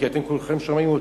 כי אתם כולכם שומעים אותי,